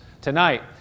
tonight